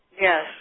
Yes